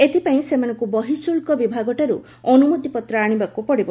ଏଥିପାଇଁ ସେମାନଙ୍କୁ ବହିଃଶୁଳ୍କ ବିଭାଗଠାରୁ ଅନୁମତିପତ୍ର ଆଶିବାକୁ ପଡ଼ିବ